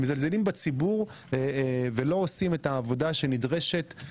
מזלזלים בציבור ולא עושים את העבודה הנדרשת,